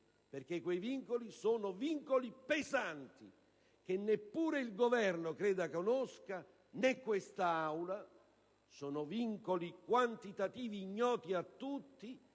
perché quei vincoli sono pesanti, che neppure il Governo credo conosca, né quest'Aula. Sono vincoli quantitativi ignoti a tutti,